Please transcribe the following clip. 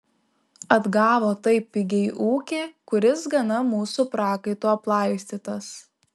atgavo taip pigiai ūkį kuris gana mūsų prakaitu aplaistytas